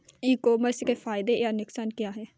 ई commerce के फायदे या नुकसान क्या क्या हैं?